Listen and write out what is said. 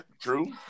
true